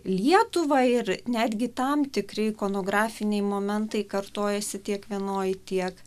lietuvą ir netgi tam tikri ikonografiniai momentai kartojasi tiek vienoj tiek